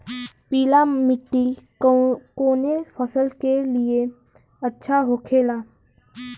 पीला मिट्टी कोने फसल के लिए अच्छा होखे ला?